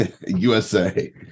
USA